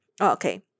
Okay